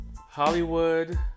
Hollywood